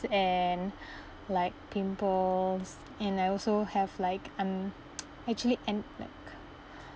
and like pimples and I also have like I'm actually and lik